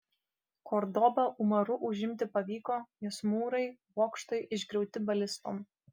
kordobą umaru užimti pavyko jos mūrai bokštai išgriauti balistom